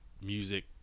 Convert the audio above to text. music